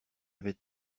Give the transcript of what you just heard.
avait